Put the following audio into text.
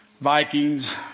Vikings